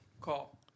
call